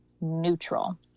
neutral